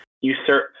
usurp